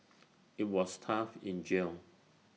IT was tough in jail